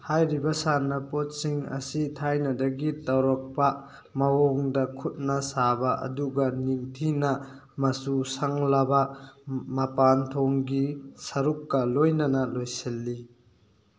ꯍꯥꯏꯔꯤꯕ ꯁꯥꯟꯅꯄꯣꯠꯁꯤꯡ ꯑꯁꯤ ꯊꯥꯏꯅꯗꯒꯤ ꯇꯧꯔꯛꯄ ꯃꯑꯣꯡꯗ ꯈꯨꯠꯅ ꯁꯥꯕ ꯑꯗꯨꯒ ꯅꯤꯡꯊꯤꯅ ꯃꯆꯨ ꯁꯪꯂꯕ ꯃꯄꯥꯟꯊꯣꯡꯒꯤ ꯁꯔꯨꯛꯀ ꯂꯣꯏꯅꯅ ꯂꯣꯏꯁꯤꯜꯂꯤ